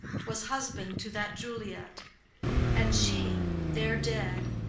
was husband to that juliet and she, there dead,